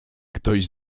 ktoś